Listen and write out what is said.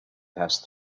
past